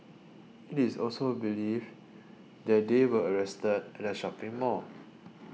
it is also believed that they were arrested at a shopping mall